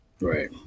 Right